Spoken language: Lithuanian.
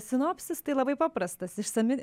sinopsis tai labai paprastas išsami